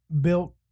built